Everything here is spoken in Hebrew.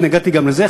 אני התנגדתי גם לזה,